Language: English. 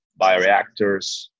bioreactors